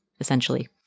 essentially